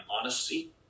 honesty